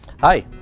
Hi